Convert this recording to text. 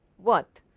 what?